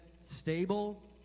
stable